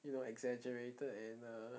you know exaggerated and uh